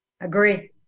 Agree